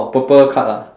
orh purple card ah